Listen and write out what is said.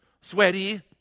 sweaty